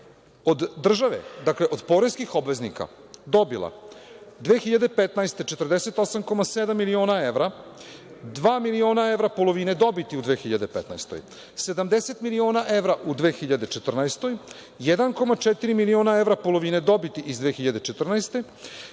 od države, dakle od poreskih obveznika, dobila 2015. godine 48,7 miliona evra, dva miliona evra polovine dobiti u 2015. godini, 70 miliona evra u 2014. godini, 1,4 miliona evra polovine dobiti iz 2014.